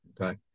Okay